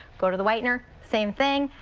go to the whitener, same thing.